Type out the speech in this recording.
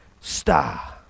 star